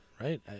Right